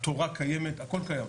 התורה קיימת הכל קיים.